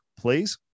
Please